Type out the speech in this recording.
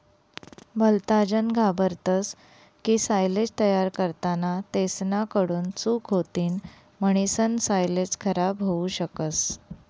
भलताजन घाबरतस की सायलेज तयार करताना तेसना कडून चूक होतीन म्हणीसन सायलेज खराब होवू शकस